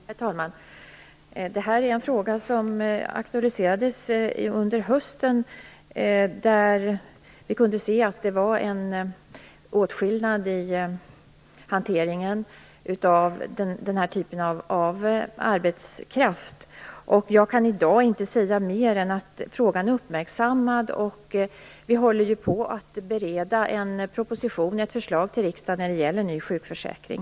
Herr talman! Det här är en fråga som aktualiserades under hösten. Vi kunde se att det var en åtskillnad i hanteringen av den här typen av arbetskraft. Jag kan i dag inte säga mer än att frågan är uppmärksammad. Vi håller på att bereda en proposition till riksdagen som gäller ny sjukförsäkring.